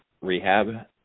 rehab